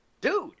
Dude